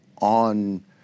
on